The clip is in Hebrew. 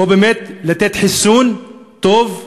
או באמת לתת חיסון טוב,